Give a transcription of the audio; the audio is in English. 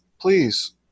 please